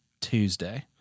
Tuesday